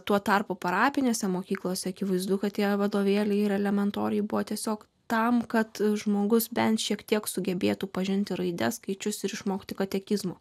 tuo tarpu parapinėse mokyklose akivaizdu kad tie vadovėliai ir elementoriai buvo tiesiog tam kad žmogus bent šiek tiek sugebėtų pažinti raides skaičius ir išmokti katekizmo